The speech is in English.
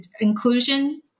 inclusion